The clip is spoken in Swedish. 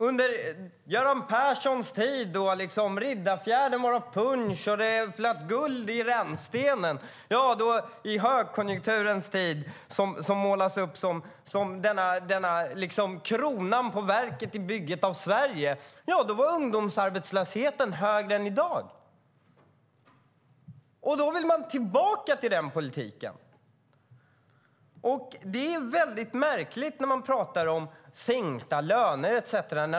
Under Görans Perssons tid vid Riddarfjärden var det punsch, och det flöt guld i rännstenen. Det var i högkonjunkturens tid som målas upp som kronan på verket i byggandet av Sverige. Då var ungdomsarbetslösheten högre än i dag. Nu vill man tillbaka till den politiken. Det är märkligt när man talar om sänkta löner etcetera.